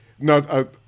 No